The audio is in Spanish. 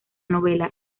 novela